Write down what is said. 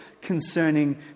concerning